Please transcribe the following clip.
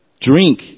drink